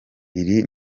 iri